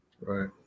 Right